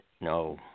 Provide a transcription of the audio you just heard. no